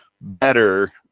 better